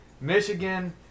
Michigan